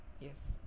yes